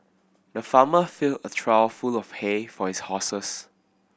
the farmer filled a trough full of hay for his horses